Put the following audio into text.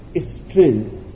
strength